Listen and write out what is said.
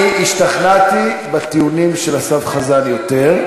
אני השתכנעתי מהטיעונים של אסף חזן יותר.